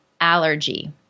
allergy